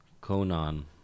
Conan